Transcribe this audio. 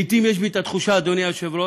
לעתים יש בי תחושה, אדוני היושב-ראש,